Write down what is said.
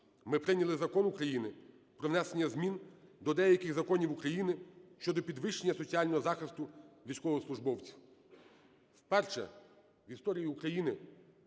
Ми прийняли Закон України про внесення змін до деяких законів України щодо підвищення соціального захисту військовослужбовців. Вперше в історії України